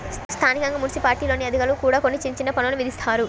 స్థానికంగా మున్సిపాలిటీల్లోని అధికారులు కూడా కొన్ని చిన్న చిన్న పన్నులు విధిస్తారు